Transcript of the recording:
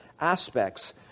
aspects